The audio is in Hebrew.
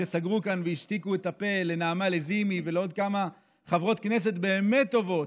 שסגרו כאן והשתיקו את הפה לנעמה לזימי ולעוד כמה חברות כנסת באמת טובות,